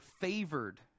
favored